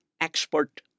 expert